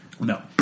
No